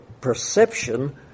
perception